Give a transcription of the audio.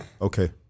Okay